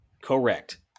Correct